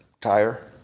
tire